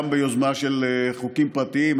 גם ביוזמה של חוקים פרטיים.